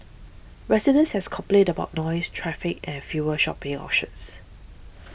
residents has complained about noise traffic and fewer shopping options